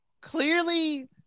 clearly